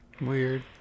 Weird